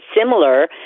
similar